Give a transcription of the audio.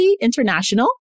International